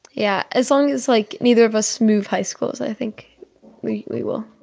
yeah. as long as, like, neither of us move high schools, i think we we will